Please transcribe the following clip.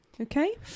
Okay